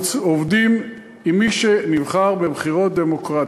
אנחנו עובדים עם מי שנבחר בבחירות דמוקרטיות.